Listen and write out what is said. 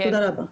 תודה רבה.